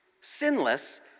sinless